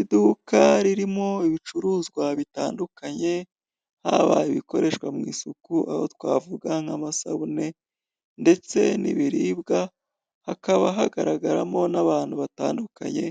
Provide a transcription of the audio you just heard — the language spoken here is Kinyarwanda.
Iduka ririmo ibicuruzwa bitandukanye, haba ibikoreshwa mu isuku aho twavuga nk'amasabune, ndetse n'ibiribwa, hakaba hagaragaramo n'abantu batandukanye,